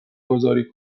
گذاری